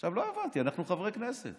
עכשיו, לא הבנתי, אנחנו חברי כנסת.